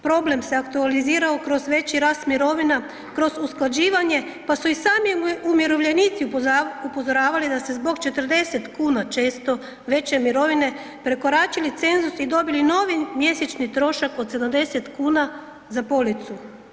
Problem se aktualizirao kroz veći rast mirovina kroz usklađivanje, pa su i sami umirovljenici upozoravali da se zbog 40,00 kn često veće mirovine prekoračili cenzus i dobili novi mjesečni trošak od 70,00 kn za policu.